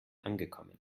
angekommen